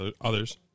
others